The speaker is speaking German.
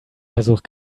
versuch